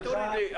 אל תוריד לי.